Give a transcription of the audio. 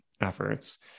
efforts